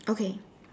okay